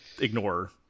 ignore